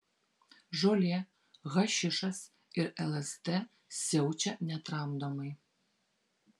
žolė hašišas ir lsd siaučia netramdomai